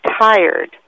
tired